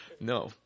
No